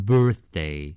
Birthday